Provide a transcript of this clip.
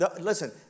listen